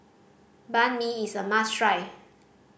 Banh Mi is a must try